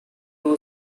two